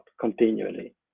continually